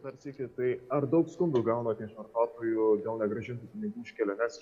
dar sykį tai ar daug skundų gaunat iš vartotojų dėl negrąžintų pinigų už keliones